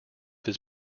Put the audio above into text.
his